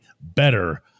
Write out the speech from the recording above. Better